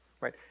right